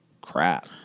crap